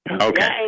Okay